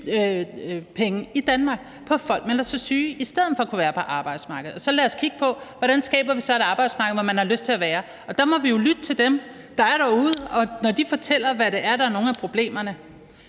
sygepenge i Danmark, altså på, at folk melder sig syge i stedet for at kunne være på arbejdsmarkedet. Og lad os så kigge på, hvordan vi skaber et arbejdsmarked, hvor man har lyst til at være. Og der må vi jo lytte til dem, der er derude, når de fortæller, hvad det er, nogle af problemerne